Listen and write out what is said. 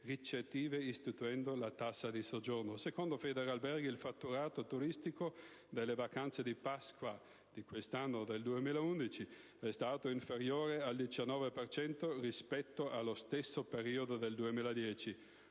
ricettive istituendo la tassa di soggiorno. Secondo Federalberghi, il fatturato turistico delle vacanze di Pasqua nel 2011 è stato inferiore del 19 per cento rispetto allo stesso periodo del 2010.